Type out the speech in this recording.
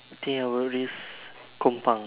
I think I will risk Kong Pang